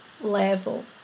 level